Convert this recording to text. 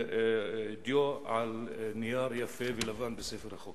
דיו על נייר יפה ולבן בספר החוקים.